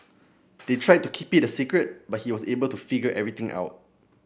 they tried to keep it secret but he was able to figure everything out